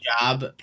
job